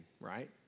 right